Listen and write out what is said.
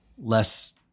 less